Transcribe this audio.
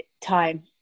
time